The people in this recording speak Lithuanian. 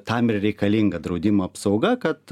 tam reikalinga draudimo apsauga kad